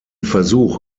versuch